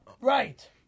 right